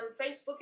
Facebook